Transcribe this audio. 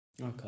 Okay